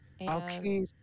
okay